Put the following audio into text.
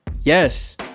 yes